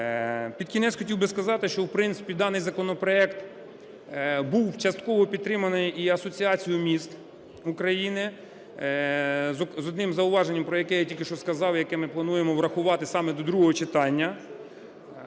Під кінець хотів би сказати, що, в принципі, даний законопроект був частково підтриманий і Асоціацією міст України з одним зауваженням, про яке я тільки що сказав, яке ми плануємо врахувати саме до другого читання.